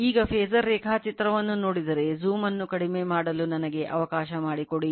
ಈಗ ಫಾಸರ್ ರೇಖಾಚಿತ್ರವನ್ನು ನೋಡಿದರೆ ಜೂಮ್ ಅನ್ನು ಕಡಿಮೆ ಮಾಡಲು ನನಗೆ ಅವಕಾಶ ಮಾಡಿಕೊಡಿ